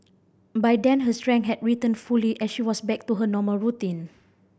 by then her strength had returned fully and she was back to her normal routine